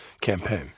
campaign